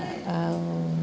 ଆଉ